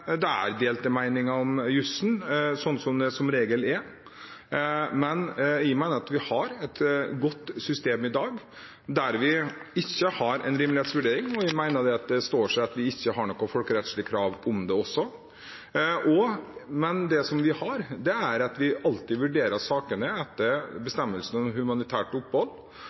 vi har et godt system i dag, der vi ikke har en rimelighetsvurdering, og jeg mener det står seg at vi heller ikke har noe folkerettslig krav om det. Men det vi har, er at vi alltid vurderer sakene etter bestemmelsen om humanitært opphold.